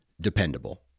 dependable